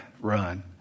run